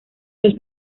los